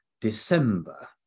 december